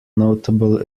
notable